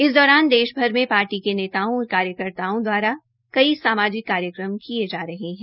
इस दौरान देशभर में पार्टी के नेताओं और कार्यकर्ताओं द्वारा कई सामाजिक कार्यक्रम किये जा रहे है